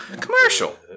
Commercial